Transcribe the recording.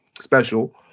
special